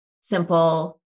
simple